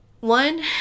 One